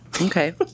Okay